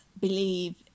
believe